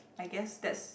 I guess that's